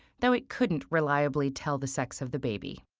though it couldn't reliably tell the sex of the baby.